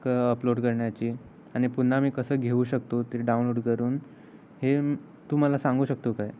क अपलोड करण्याची आणि पुन्हा मी कसं घेऊ शकतो ते डाउनलोड करून हे तू मला सांगू शकतो काय